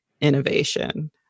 innovation